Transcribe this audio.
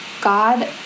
God